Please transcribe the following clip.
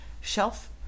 shelf